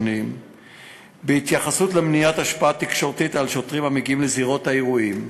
2. מניעת השפעה תקשורתית על שוטרים המגיעים לזירות אירועים: